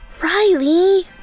Riley